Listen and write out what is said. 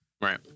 Right